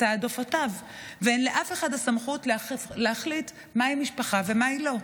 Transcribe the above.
העדפותיו ואין לאף אחד סמכות להחליט מהי משפחה ומה לא.